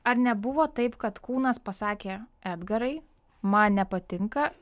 ar nebuvo taip kad kūnas pasakė edgarai man nepatinka